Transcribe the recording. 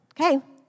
Okay